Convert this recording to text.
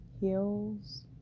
Heels